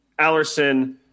Allerson